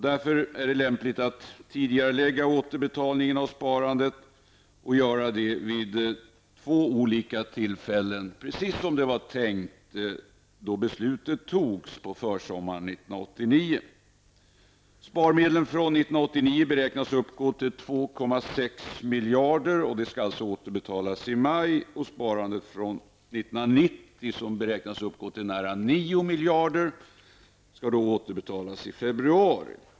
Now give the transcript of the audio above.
Därför är det lämpligt att tidigarelägga återbetalningen av sparandet till två olika tillfällen -- precis som det var tänkt när beslutet fattades på försommaren 1989. miljarder kronor. De skall återbetalas i maj.